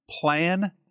plan